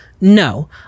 No